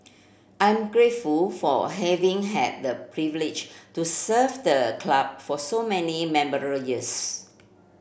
I'm grateful for a having had the privilege to serve the club for so many memorable years